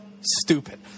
stupid